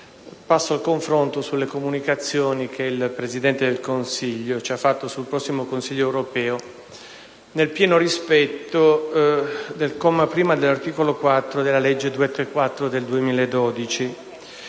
passo al confronto sulle comunicazioni che il Presidente del Consiglio ci ha reso sul prossimo Consiglio europeo, nel pieno rispetto del comma 1 dell'articolo 4 della legge n. 234 del 2012.